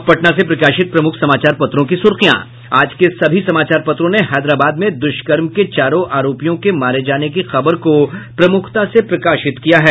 अब पटना से प्रकाशित प्रमुख समाचार पत्रों की सुर्खियां आज के सभी समाचार पत्रों ने हैदराबाद में दुष्कर्म के चारों आरोपियों के मारे जाने की खबर को प्रमुखता से प्रकाशित किया है